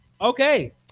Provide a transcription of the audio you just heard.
Okay